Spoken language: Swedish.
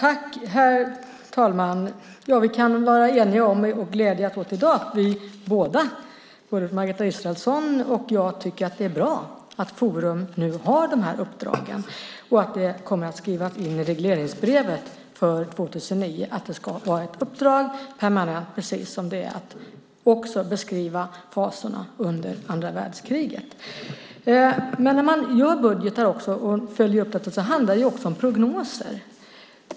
Herr talman! Vi kan i dag glädjas åt att vi båda, Margareta Israelsson och jag, är eniga om att det är bra att Forum för levande historia nu har de här uppdragen och att det kommer att skrivas in i regleringsbrevet för 2009 att det ska vara ett permanent uppdrag, precis som det är att också beskriva fasorna under andra världskriget. När man gör budgeten och följer upp den handlar det också om prognoser.